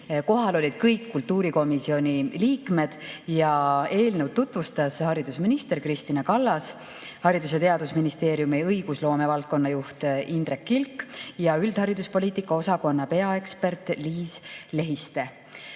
Kohal olid kõik kultuurikomisjoni liikmed ja eelnõu tutvustasid haridus‑ ja teadusminister Kristina Kallas, Haridus‑ ja Teadusministeeriumi õigusloome valdkonna juht Indrek Kilk ja üldhariduspoliitika osakonna peaekspert Liis Lehiste.